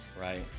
Right